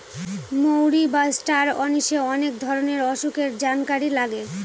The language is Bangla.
মৌরি বা ষ্টার অনিশে অনেক ধরনের অসুখের জানকারি লাগে